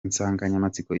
insanganyamatsiko